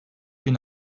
bin